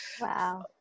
Wow